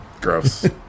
Gross